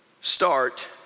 start